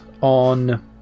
on